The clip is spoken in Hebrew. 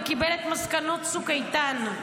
וקיבל את מסקנות צוק איתן,